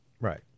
Right